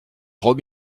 trop